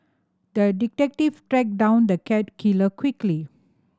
the detective tracked down the cat killer quickly